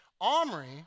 Omri